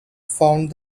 found